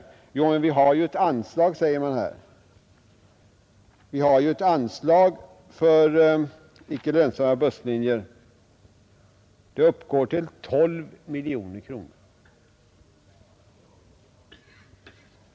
Någon kanske då erinrar om att det ju finns ett särskilt anslag för icke lönsamma busslinjer. Det uppgår till 12 miljoner kronor.